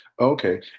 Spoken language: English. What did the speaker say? okay